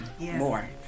more